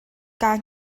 kaa